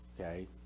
okay